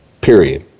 Period